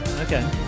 Okay